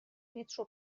مترو